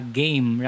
game